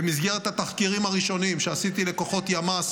במסגרת התחקירים הראשוניים שעשיתי לכוחות ימ"ס,